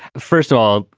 first of all,